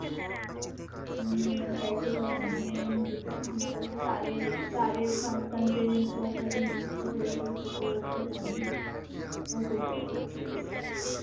नहीं one side से करवानी है मुझे तो क्या है हमारे सारे सारे फ़ंक्शन पे मतलब इवेंट्स पे पूरे के फ़ोटो करवानी है और विडियो भी